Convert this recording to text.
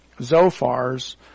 Zophar's